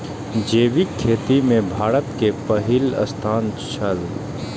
जैविक खेती में भारत के पहिल स्थान छला